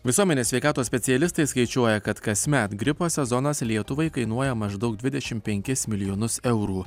visuomenės sveikatos specialistai skaičiuoja kad kasmet gripo sezonas lietuvai kainuoja maždaug dvidešimt penkis milijonus eurų